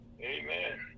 Amen